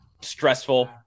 Stressful